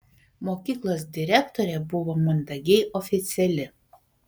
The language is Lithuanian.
mokyklos direktorė buvo mandagiai oficiali